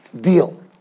deal